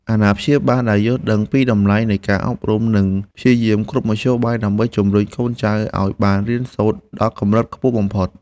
អាណាព្យាបាលដែលយល់ដឹងពីតម្លៃនៃការអប់រំនឹងព្យាយាមគ្រប់មធ្យោបាយ ដើម្បីជំរុញកូនចៅឱ្យបានរៀនសូត្រដល់កម្រិតខ្ពស់បំផុត។